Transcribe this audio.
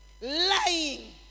lying